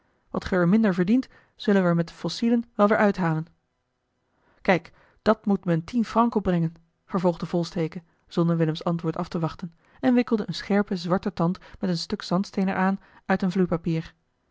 wat ge er minder verdient zullen we er met de fossielen wel weer uithalen kijk dat moet me een tien francs opbrengen vervolgde volsteke zonder willems antwoord af te wachten en wikkelde een scherpen zwarten tand met een stuk zandsteen er aan uit een